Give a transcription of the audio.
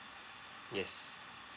yes